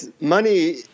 money